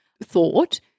thought